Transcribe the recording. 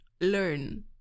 learn